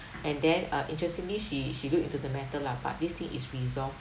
and then uh interestingly she she look into the matter lah but this thing is resolved